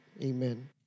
Amen